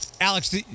Alex